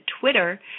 Twitter